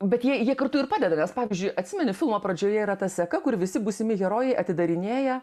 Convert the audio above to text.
bet jie jie kartu ir padeda nes pavyzdžiui atsimeni filmo pradžioje yra ta seka kur visi būsimi herojai atidarinėja